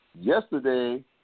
yesterday